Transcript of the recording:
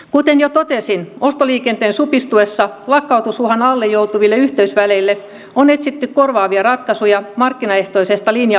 kuten jo totesin ostoliikenteen supistuessa lakkautusuhan alle joutuville yhteysväleille on etsitty korvaavia ratkaisuja markkinaehtoisesta linja autoliikenteestä